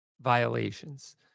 violations